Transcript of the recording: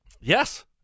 yes